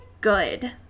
good